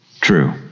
true